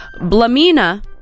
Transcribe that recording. Blamina